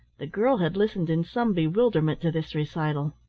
the girl had listened in some bewilderment to this recital.